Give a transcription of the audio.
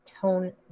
Tone